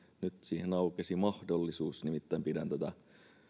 nyt siihen aukesi mahdollisuus nimittäin pidän tätä